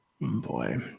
Boy